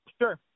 Sure